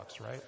right